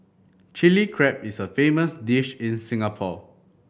Chilli Crab is a famous dish in Singapore